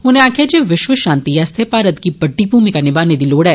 उनें आक्खेआ जे विश्व शांति आस्तै भारत गी बड्डी भूमिका निमाने दी लोड़ ऐ